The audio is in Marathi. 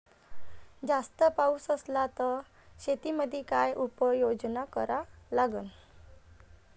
जास्त पाऊस असला त शेतीमंदी काय उपाययोजना करा लागन?